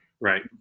Right